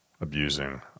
abusing